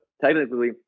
technically